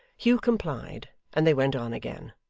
hugh complied, and they went on again.